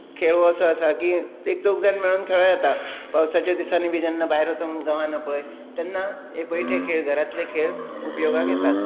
खेळ असो आसा की एक चौग जाण मेळून खेळूं येता पावसाच्या दिसांनी बी जेन्ना भायर वचूंक गावना पय तेन्ना हे बैठे खेळ घरांतले खेळ उपयोगाक येतात